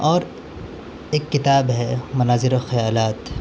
اور ایک کتاب ہے مناظر خیالات